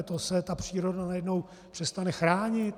To se ta příroda najednou přestane chránit?